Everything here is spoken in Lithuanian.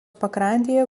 pakrantėje